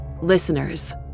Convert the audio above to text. Listeners